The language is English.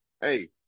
hey